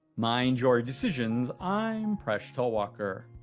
mind your decisions, i'm presh talwalkar.